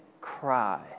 cry